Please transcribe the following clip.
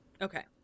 Okay